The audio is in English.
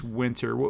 winter